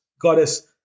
goddess